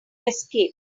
escape